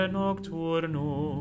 nocturno